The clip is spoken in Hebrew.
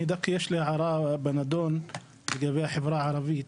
יש לי הערה בנדון לגבי החברה הערבית.